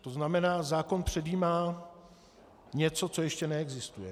To znamená, zákon předjímá něco, co ještě neexistuje.